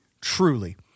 truly